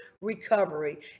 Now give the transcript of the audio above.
recovery